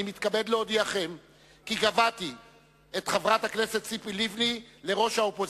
אני מתכבד להודיעכם כי קבעתי את חברת הכנסת ציפי לבני לראש האופוזיציה.